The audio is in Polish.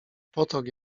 potok